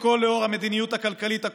כל חברי הכנסת מהתנועה הרוויזיוניסטית,